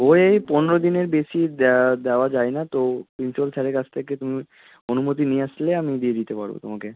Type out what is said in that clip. ওই পনেরো দিনের বেশি দেওয়া যায় না তো প্রিন্সিপ্যাল স্যারের কাছ থেকে তুমি অনুমতি নিয়ে আসলে আমি দিয়ে দিতে পারব তোমাকে